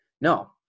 No